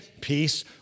peace